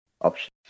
option